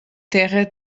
terra